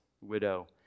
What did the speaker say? widow